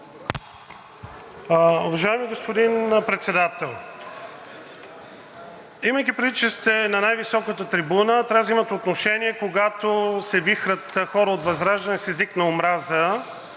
Уважаеми господин Председател, имайки предвид, че сте на най-високата трибуна, трябва да взимате отношение, когато се вихрят хора от ВЪЗРАЖДАНЕ с език на омраза,